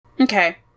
Okay